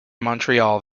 montreal